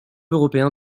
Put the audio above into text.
européen